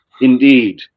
Indeed